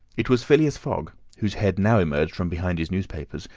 it was phileas fogg, whose head now emerged from behind his newspapers,